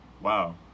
Wow